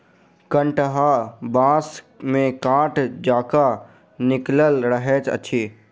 कंटहा बाँस मे काँट जकाँ निकलल रहैत अछि